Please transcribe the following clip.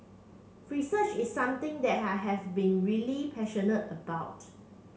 research is something that have been really passionate about